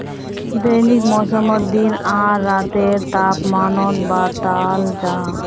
दैनिक मौसमोत दिन आर रातेर तापमानो बताल जाहा